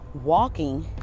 walking